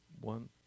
one